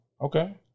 Okay